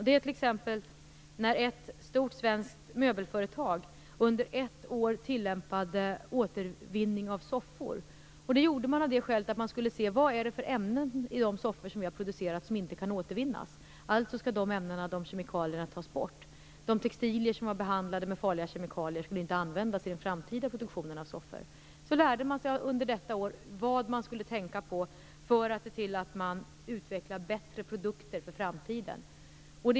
Ett stort svenskt möbelföretag tillämpade under ett år återvinning av soffor. Det gjorde man av det skälet att man skulle se vilka ämnen som fanns i de soffor som man producerade som inte kunde återvinnas. De ämnena och kemikalierna skulle tas bort. De textilier som var behandlade med farliga kemikalier skulle inte användas i den framtida produktionen av soffor. Så lärde man sig under detta år vad man skulle tänka på för att kunna utveckla bättre produkter för framtiden.